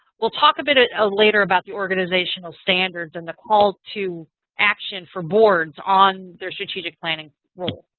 we'll talk a bit ah ah later about the organizational standards and the calls to action for boards on their strategic planning role.